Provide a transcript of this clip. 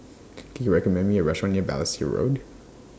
Can YOU recommend Me A Restaurant near Balestier Road